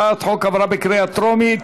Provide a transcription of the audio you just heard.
הצעת החוק עברה בקריאה טרומית